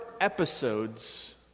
episodes